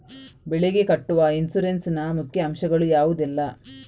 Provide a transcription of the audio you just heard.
ಬೆಳೆಗೆ ಕಟ್ಟುವ ಇನ್ಸೂರೆನ್ಸ್ ನ ಮುಖ್ಯ ಅಂಶ ಗಳು ಯಾವುದೆಲ್ಲ?